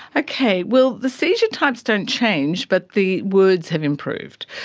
okay, well, the seizure types don't change, but the words have improved.